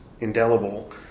indelible